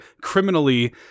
criminally